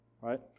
right